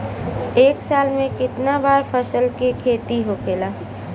एक साल में कितना बार फसल के खेती होखेला?